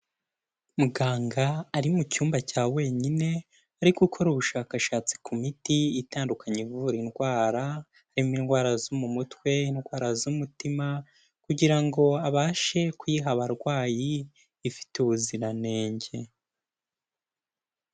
Muganga ari mu cyumba cya wenyine , ari gukora ubushakashatsi ku miti itandukanye ivura indwara, harimo indwara zo mu mutwe indwara z'umutima kugira ngo abashe kuyiha abarwayi ifite ubuziranenge.